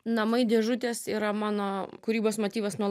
namai dėžutės yra mano kūrybos motyvas nuo